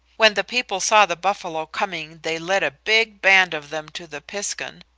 when the people saw the buffalo coming they led a big band of them to the piskun,